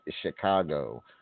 chicago